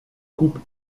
coupes